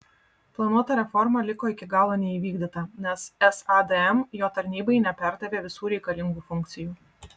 planuota reforma liko iki galo neįvykdyta nes sadm jo tarnybai neperdavė visų reikalingų funkcijų